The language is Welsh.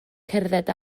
cerdded